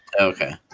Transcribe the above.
Okay